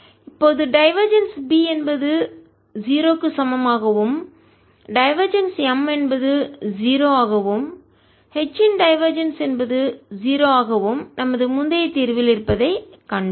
இப்போது divergence B என்பது 0 க்கு சமமாகவும் டைவர்ஜென்ஸ் M என்பது 0 ஆகவும் H இன் டைவர்ஜென்ஸ் என்பது 0 ஆகவும் நமது முந்தைய தீர்வில் இருப்பதைக் கண்டோம்